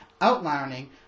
outlining